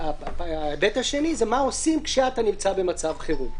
וההיבט השני זה מה עושים כשאתה נמצא במצב חירום.